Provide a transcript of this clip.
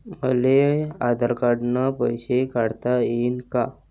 मले आधार न पैसे काढता येईन का?